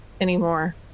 anymore